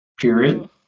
period